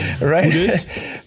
right